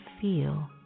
feel